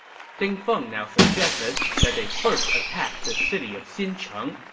ding feng now suggested that they first attack the city of xincheng,